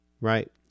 Right